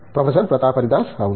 professor Pratap Haridas అవును